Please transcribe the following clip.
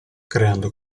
creando